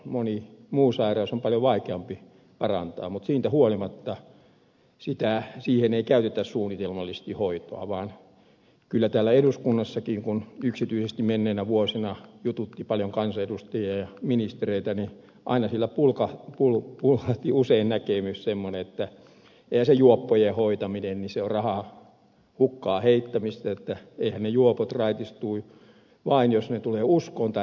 moni muu sairaus on paljon vaikeampi parantaa mutta siitä huolimatta siihen ei käytetä suunnitelmallisesti hoitoa vaan kyllä täällä eduskunnassakin kun yksityisesti menneinä vuosina jututti paljon kansanedustajia ja ministereitä aina siellä pullahti usein semmoinen näkemys että se juoppojen hoitaminenhan on rahan hukkaan heittämistä että ne juopot raitistuvat vain jos he tulevat uskoon tai rakastuvat